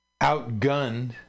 outgunned